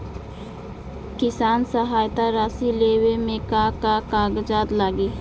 किसान सहायता राशि लेवे में का का कागजात लागी?